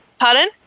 pardon